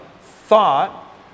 thought